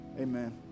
Amen